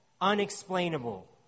unexplainable